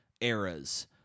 eras